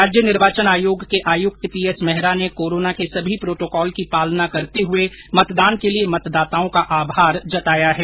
राज्य निर्वाचन आयोग के आयुक्त पीएस मेहरा ने कोरोना के सभी प्रोटोकॉल की पालना करते हुए मतदान के लिए मतदाताओं का आभार जताया है